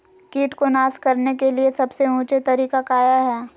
किट को नास करने के लिए सबसे ऊंचे तरीका काया है?